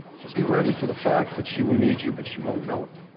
just be ready for the fact that she will need you, but she won't know it.